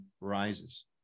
rises